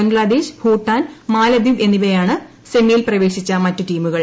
ബംഗ്ലാദേശ് ഭൂട്ടാൻ മാലദ്വീപ് എന്നിവയാണ് സെമിയിൽ പ്രവേശിച്ച മറ്റ് ടീമുകൾ